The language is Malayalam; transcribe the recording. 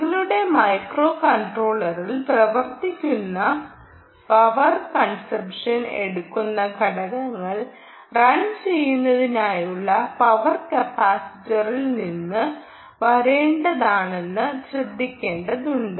നിങ്ങളുടെ മൈക്രോ കൺട്രോളറിൽ പ്രവർത്തിക്കുന്ന പവർ കൺസപ്ഷൻ എടുക്കുന്ന ഘടകങ്ങൾ റൺ ചെയ്യുന്നതിന്നതിനായുള്ള പവർ കപ്പാസിറ്ററിൽ നിന്ന് വരേണ്ടതാണെന്ന് ശ്രദ്ധിക്കേണ്ടതുണ്ട്